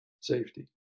safety